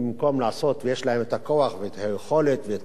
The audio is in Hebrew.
ויש להם הכוח והיכולת והתקציבים,